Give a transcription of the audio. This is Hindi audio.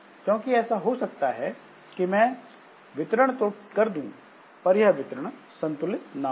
क्योंकि ऐसा हो सकता है कि मैं वितरण तो कर दूं पर यह वितरण संतुलित ना हो